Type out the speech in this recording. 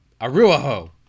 Aruaho